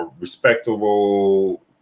respectable